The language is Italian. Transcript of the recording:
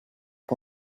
hai